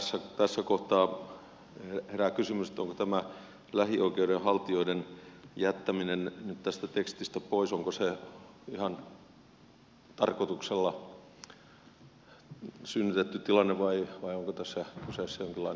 tässä kohtaa herää kysymys että onko tämä lähioikeuden haltijoiden jättäminen tästä tekstistä pois ihan tarkoituksella synnytetty tilanne vai onko tässä kyseessä jonkinlainen lipsahdus